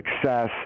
success